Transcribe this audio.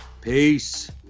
Peace